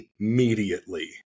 immediately